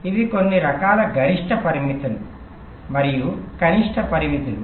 ఇవి కొన్ని రకాల గరిష్ట పరిమితులు మరియు కనిష్ట పరిమితులు